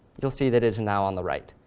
you'll see that it is now on the right.